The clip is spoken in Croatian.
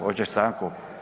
Hoćeš stanku?